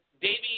Davey